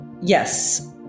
Yes